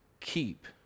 Keep